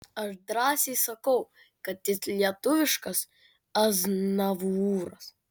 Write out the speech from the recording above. aš drąsiai sakau kad jis lietuviškas aznavūras